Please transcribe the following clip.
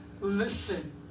listen